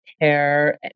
hair